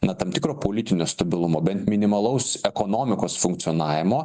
na tam tikro politinio stabilumo bent minimalaus ekonomikos funkcionavimo